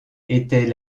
était